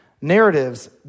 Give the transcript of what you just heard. Narratives